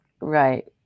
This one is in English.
Right